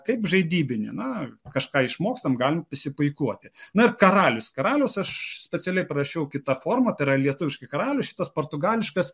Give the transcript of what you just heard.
kaip žaidybinį na kažką išmokstam galim pasipuikuoti na ir karalius karaliaus aš specialiai prašiau kita forma tai yra lietuviškai karalius šitas portugališkas